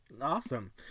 Awesome